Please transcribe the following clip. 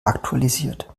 aktualisiert